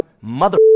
Mother*****